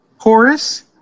Horace